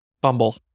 Bumble